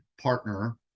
partner